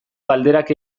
galderak